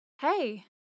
Hey